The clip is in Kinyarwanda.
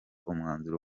umwanzuro